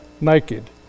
naked